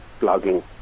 blogging